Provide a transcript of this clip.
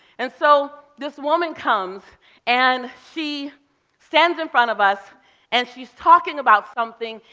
and so this woman comes and she stands in front of us and she's talking about something.